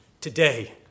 today